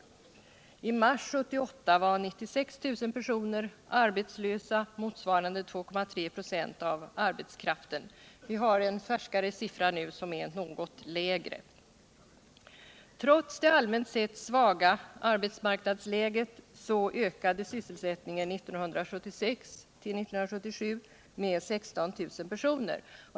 I mars 1978 var 96 000 personer arbetslösa, motsvarande 2,3 96 av arbetskraften. Vi har nu en färskare siffra som är något lägre. Trots det allmänt sett svaga arbetsmarknadsläget ökade sysselsättningen 1976-1977 med 16 000 personer.